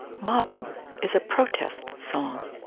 mobbing is a protest song.